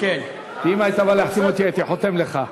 ואם היית בא להחתים אותי הייתי חותם לך,